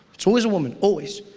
it's always a woman, always.